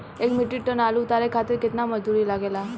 एक metric tonne आलू उतारे खातिर केतना मजदूरी लागेला?